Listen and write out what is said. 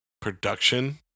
production